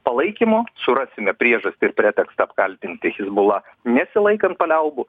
palaikymo surasime priežastį ir pretekstą apkaltinti hizbula nesilaikant paliaubų